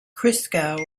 christgau